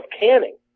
canning